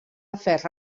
afers